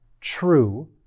true